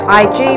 ig